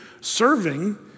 serving